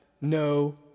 no